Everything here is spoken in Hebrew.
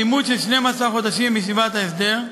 לימוד של 12 חודשים בישיבת ההסדר,